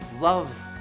love